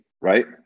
right